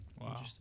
Wow